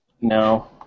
No